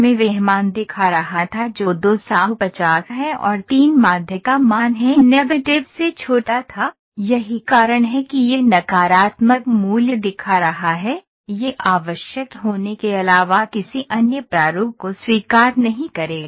मैं वह मान दिखा रहा था जो २५० है और ३ माध्य का मान है negative से छोटा था यही कारण है कि यह नकारात्मक मूल्य दिखा रहा है यह आवश्यक होने के अलावा किसी अन्य प्रारूप को स्वीकार नहीं करेगा